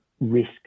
risk